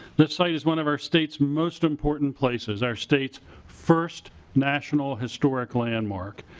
the site is one of our state's most important places. our states first national historic landmark.